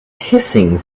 hissing